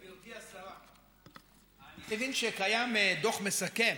גברתי השרה, אני מבין שקיים דוח מסכם